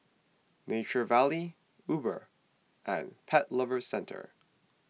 Nature Valley Uber and Pet Lovers Centre